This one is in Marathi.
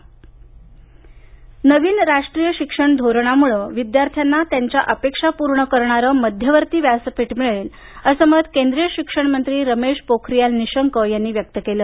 निशंक नवीन राष्ट्रीय शिक्षण धोरणामुळे विद्यार्थ्यांना त्यांच्या अपेक्षा पूर्ण करणारे मध्यवर्ती व्यासपीठ मिळेल असं मत केंद्रीय शिक्षण मंत्री रमेश पोखारीयाल निशंक यांनी व्यक्त केलं